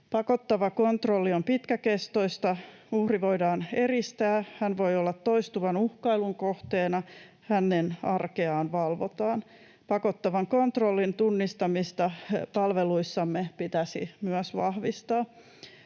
Pakottava kontrolli on pitkäkestoista, uhri voidaan eristää, hän voi olla toistuvan uhkailun kohteena, hänen arkeaan valvotaan. Pakottavan kontrollin tunnistamista palveluissamme pitäisi myös vahvistaa.